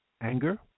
anger